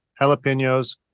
jalapenos